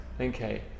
Okay